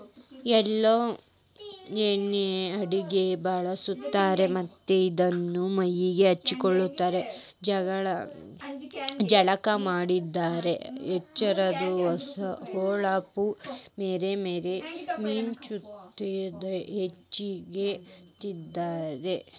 ಎಳ್ಳ ಎಣ್ಣಿನ ಅಡಗಿಗೆ ಬಳಸ್ತಾರ ಮತ್ತ್ ಇದನ್ನ ಮೈಗೆ ಹಚ್ಕೊಂಡು ಜಳಕ ಮಾಡೋದ್ರಿಂದ ಚರ್ಮದ ಹೊಳಪ ಮೇರಿ ಮೇರಿ ಮಿಂಚುದ ಹೆಚ್ಚಾಗ್ತೇತಿ